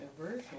aversion